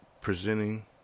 presenting